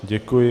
Děkuji.